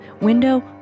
window